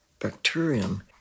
bacterium